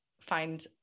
find